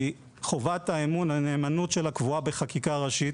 חובת הנאמנות שלה קבועה בחקיקה ראשית